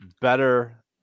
better